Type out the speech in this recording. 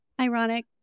Ironic